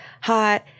hot